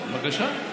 בבקשה.